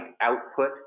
output